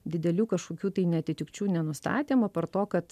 didelių kažkokių tai neatitikčių nenustatėm apart to kad